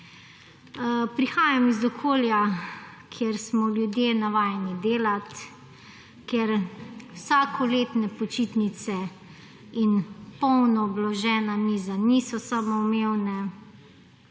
Prihajam iz okolja, kjer smo ljudje navajeni delati, kjer vsakoletne počitnice in polno obložena miza niso samoumevne.